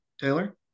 Taylor